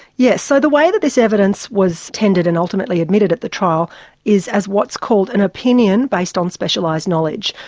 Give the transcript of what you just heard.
yes. so the way that this evidence was tendered and ultimately admitted at the trial is as what is called an opinion based on specialised knowledge.